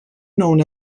known